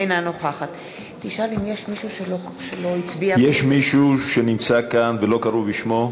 אינה נוכחת יש מישהו שנמצא כאן ולא קראו בשמו?